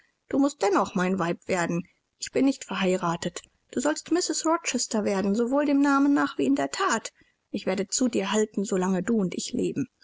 du mußt dennoch mein weib werden ich bin nicht verheiratet du sollst mrs rochester werden sowohl dem namen nach wie in der that ich werde zu dir halten so lange du und ich leben